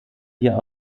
hier